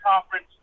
conference